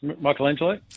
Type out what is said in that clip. Michelangelo